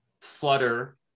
flutter